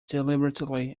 deliberately